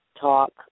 talk